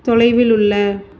தொலைவில் உள்ள